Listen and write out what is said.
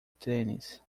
tênis